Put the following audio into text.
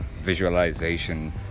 visualization